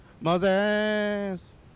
Moses